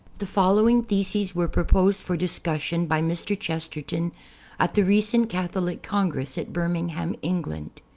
the following theses were proposed for discussion by mr. chesterton at the recent catholic congress at birmingham, england.